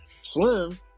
Slim